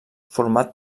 format